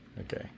Okay